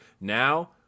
now